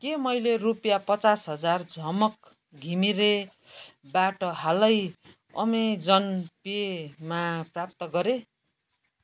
के मैले रुपियाँ पचास हजार झमक घिमिरेबाट हालै अमेजन पेमा प्राप्त गरेँ